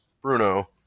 Bruno